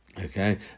Okay